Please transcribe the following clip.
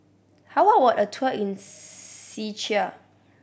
how a tour in Czechia